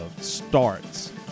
starts